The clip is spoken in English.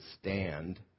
stand